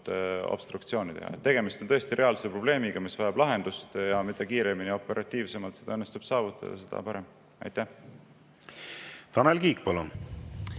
obstruktsiooni teha. Tegemist on tõesti reaalse probleemiga, mis vajab lahendust, ja mida kiiremini, operatiivsemalt õnnestub see saavutada, seda parem. Aitäh! Vastuseks